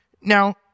Now